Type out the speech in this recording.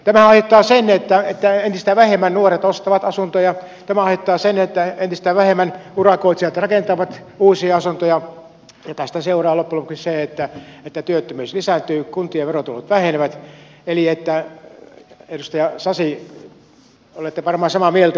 tämä aiheuttaa sen että entistä vähemmän nuoret ostavat asuntoja ja sen että entistä vähemmän urakoitsijat rakentavat uusia asuntoja ja tästä seuraa loppujen lopuksi se että työttömyys lisääntyy ja kuntien verotulot vähenevät eli edustaja sasi olette varmaan samaa mieltä